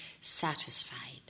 satisfied